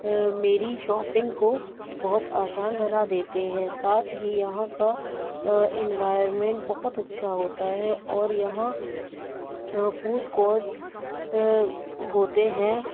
میری شاپنگ کو بہت آسان بنا دیتے ہیں ساتھ ہی یہاں کا انوائرمنٹ بہت اچھا ہوتا ہے اور یہاں فوڈ کورٹ ہوتے ہیں